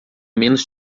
menos